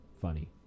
funny